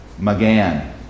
McGann